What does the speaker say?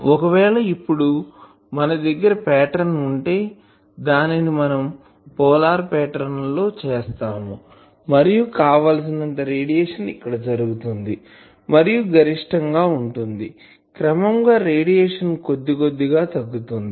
ఒకవేళ ఇప్పుడు మన దగ్గర పాటర్న్ ఉంటే దానిని మనం పోలార్పాటర్న్ లో చేస్తాముమరియు కావలసినంత రేడియేషన్ ఇక్కడ జరుగుతుంది మరియు గరిష్టం గా ఉంటుంది క్రమంగా రేడియేషన్ కొద్దీకొద్దిగా తగ్గుతుంది